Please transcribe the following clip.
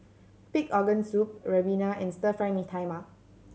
pig organ soup ribena and Stir Fry Mee Tai Mak